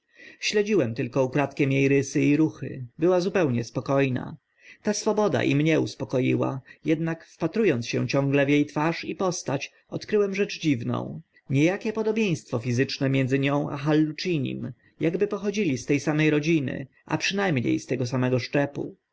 śledziłem tylko ukradkiem e rysy i ruchy była zupełnie spoko na ta swoboda i mnie uspokoiła ednak wpatru ąc się ciągle w e twarz i postać odkryłem rzecz dziwną nie akie podobieństwo fizyczne między nią a hallucinim akby pochodzili z te same rodziny a przyna mnie z tego samego szczepu